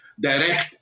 direct